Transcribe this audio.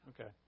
Okay